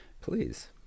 Please